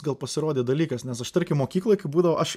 gal pasirodė dalykas nes aš tarkim mokykloj būdavo aš